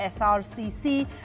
SRCC